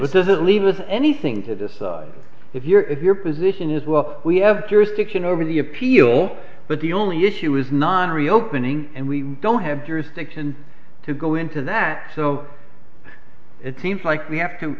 was doesn't leave with anything to decide if you're if your position is well we have jurisdiction over the appeal but the only issue is not reopening and we don't have jurisdiction to go into that so it seems like we have to